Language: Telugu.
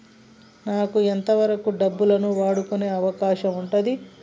నాకు ఎంత వరకు డబ్బులను వాడుకునే అవకాశం ఉంటది?